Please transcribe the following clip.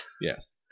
yes